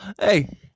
Hey